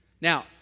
Now